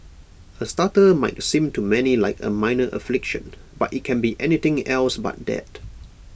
A stutter might seem to many like A minor affliction but IT can be anything else but that